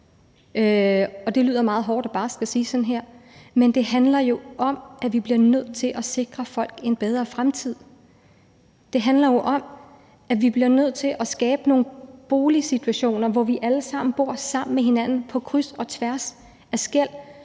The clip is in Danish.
Det lyder meget hårdt og barsk at sige sådan her, men det handler jo om, at vi bliver nødt til at sikre folk en bedre fremtid. Det handler jo om, at vi bliver nødt til at skabe nogle boligforhold, hvor vi alle sammen bor sammen med hinanden på kryds og tværs af skel.